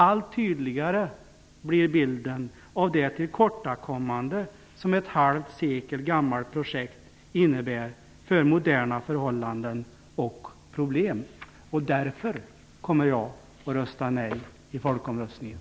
Allt tydligare blir bilden av det tillkortakommande som ett halvsekelgammalt projekt innebär för moderna förhållanden och problem. Därför kommer jag att rösta nej i folkomröstningen.